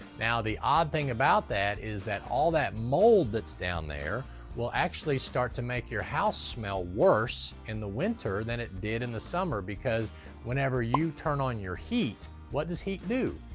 the odd thing about that is that all that mold that's down there will actually start to make your house smell worse in the winter than it did in the summer, because whenever you turn on your heat, what does heat do?